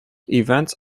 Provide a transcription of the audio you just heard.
events